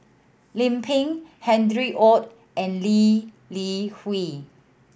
Lim Pin Harry Ord and Lee Li Hui